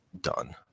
done